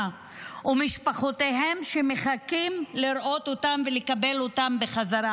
ובשביל משפחותיהם שמחכות לראות אותם ולקבל אותם בחזרה,